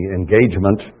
engagement